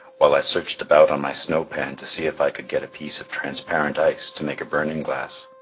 while i searched about on my snow-pan to see if i could get a piece of transparent ice to make a burning-glass.